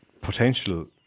potential